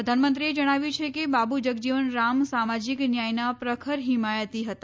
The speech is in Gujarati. પ્રધાનમંત્રીએ જણાવ્યું છે કે બાબુ જગજીવન રામ સામાજીક ન્યાયના પ્રખર હિમાયતી હતા